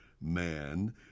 man